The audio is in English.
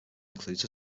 includes